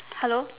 hello